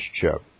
chip